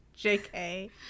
jk